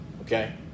Okay